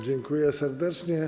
Dziękuję serdecznie.